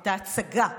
את ההצגה,